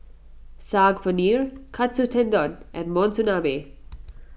Saag Paneer Katsu Tendon and Monsunabe